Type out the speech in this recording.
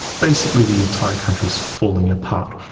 basically the entire country's falling apart.